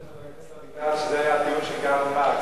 אומר לי חבר הכנסת אביטל שזה היה הטיעון של קרל מרקס.